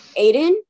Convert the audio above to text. Aiden